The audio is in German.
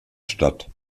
statt